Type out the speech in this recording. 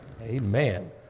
Amen